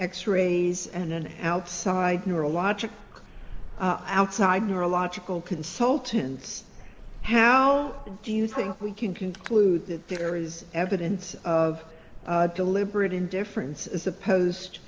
x rays and an outside neurological outside neurological consultants how do you think we can conclude that there is evidence of deliberate indifference as opposed